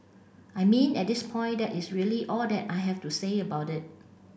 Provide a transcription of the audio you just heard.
I mean at this point that is really all that I have to say about it